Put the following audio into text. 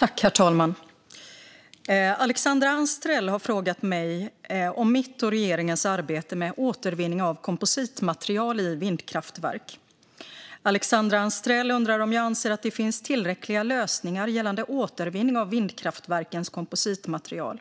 Herr talman! Alexandra Anstrell har frågat mig om mitt och regeringens arbete med återvinning av kompositmaterial i vindkraftverk. Alexandra Anstrell undrar om jag anser att det finns tillräckliga lösningar gällande återvinning av vindkraftverkens kompositmaterial